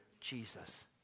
Jesus